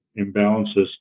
imbalances